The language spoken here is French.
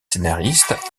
scénariste